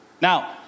Now